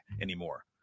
anymore